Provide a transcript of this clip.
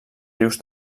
rius